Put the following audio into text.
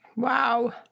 Wow